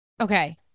Okay